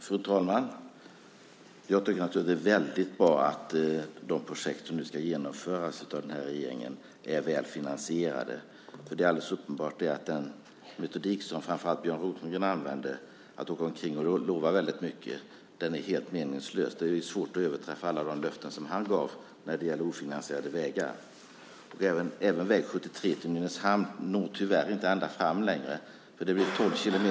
Fru talman! Jag tycker att det är väldigt bra att de projekt som nu ska genomföras av den här regeringen är väl finansierade. Det är alldeles uppenbart att den metod som framför allt Björn Rosengren använde, att åka omkring och lova väldigt mycket, är helt meningslös. Det är svårt att överträffa alla de löften som han gav när det gäller ofinansierade vägar. Även väg 73 till Nynäshamn når tyvärr inte ända fram längre.